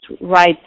right